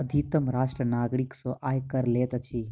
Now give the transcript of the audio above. अधितम राष्ट्र नागरिक सॅ आय कर लैत अछि